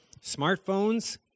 smartphones